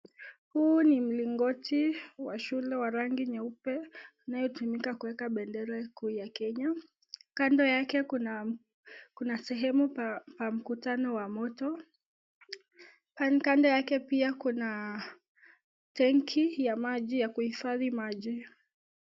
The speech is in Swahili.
Huu ni mlingoti wa shule ya rangi nyeupe inayotumika kueka bendera kuu ya Kenya kando yake kuna nasehemu wa mkutano wa moto, kando yake pia kuna tangi ya maji ya kuifadi maji hiyo.